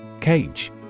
Cage